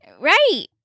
Right